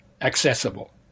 accessible